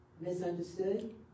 misunderstood